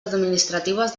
administratives